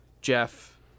Jeff